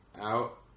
out